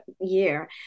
year